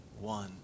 one